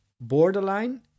borderline